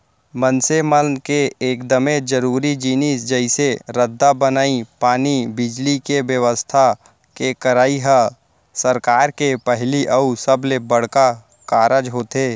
मनसे मन के एकदमे जरूरी जिनिस जइसे रद्दा बनई, पानी, बिजली, के बेवस्था के करई ह सरकार के पहिली अउ सबले बड़का कारज होथे